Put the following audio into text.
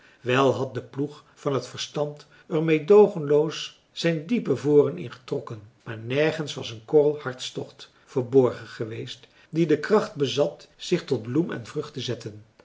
wel had de ploeg van het verstand er meedoogenloos zijn diepe voren in getrokken maar nergens was een korrel hartstocht verborgen geweest die de kracht bezat zich tot bloem en vrucht te zetten